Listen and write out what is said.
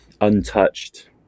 untouched